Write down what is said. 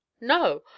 no